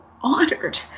honored